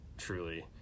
Truly